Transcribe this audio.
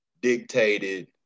dictated